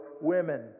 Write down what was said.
women